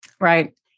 Right